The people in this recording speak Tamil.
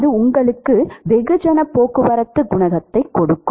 அது உங்களுக்கு வெகுஜனப் போக்குவரத்துக் குணகத்தைக் கொடுக்கும்